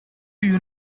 you